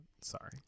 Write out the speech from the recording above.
Sorry